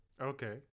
okay